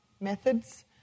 methods